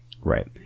Right